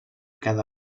cada